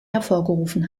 hervorgerufen